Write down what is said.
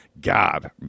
God